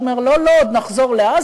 הוא אומר: לא, לא, עוד נחזור לעזה.